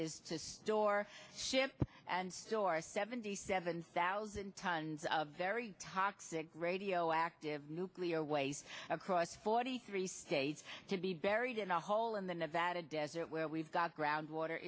is to store ships and store seventy seven thousand tons of very toxic radioactive nuclear waste across forty three states to be buried in a hole in the nevada desert where we've got groundwater